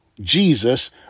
Jesus